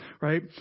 Right